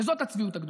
וזאת הצביעות הגדולה.